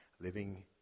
living